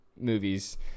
movies